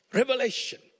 revelation